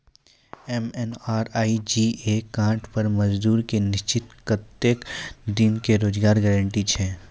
MNREGA card पर मजदुर के निश्चित कत्तेक दिन के रोजगार गारंटी छै?